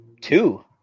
two